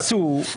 שאומצו.